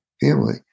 family